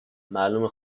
معلومه